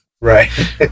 Right